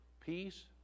peace